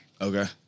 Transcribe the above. Okay